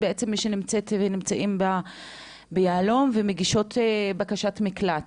בעצם מי שנמצאת ונמצאים ביהלו"ם והן מגישות בקשת מקלט,